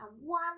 one